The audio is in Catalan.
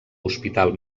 hospital